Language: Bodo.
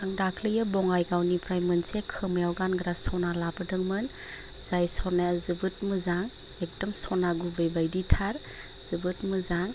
आं दाख्लियो बङाइगावनिफ्राय मोनसे खोमायाव गानग्रा सना लाबोदोंमोन जाय सनाया जोबोद मोजां एखदम सना गुबैबायदिथार जोबोद मोजां